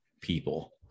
people